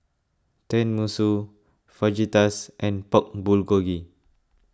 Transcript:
Tenmusu Fajitas and Pork Bulgogi